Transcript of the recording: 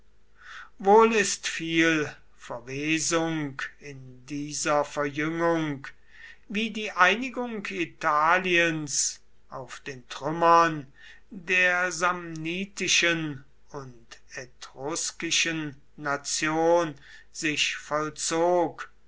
wohl ist viel verwesung in dieser verjüngung wie die einigung italiens auf den trümmern der samnitischen und etruskischen nation sich vollzog